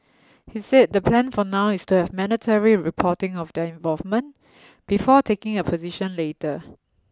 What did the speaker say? he said the plan for now is to have mandatory reporting of their involvement before taking a position later